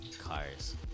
cars